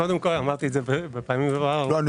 קודם כל, הדבר הזה